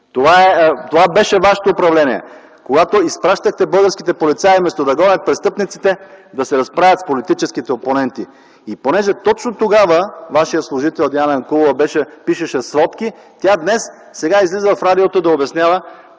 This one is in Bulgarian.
Това беше вашето управление – когато изпращахте българските полицаи вместо да гонят престъпниците, да се разправят с политическите опоненти. Понеже точно тогава вашият служител Диана Янкулова пишеше сводки, тя днес излиза в радиото да обяснява